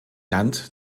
land